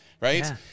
right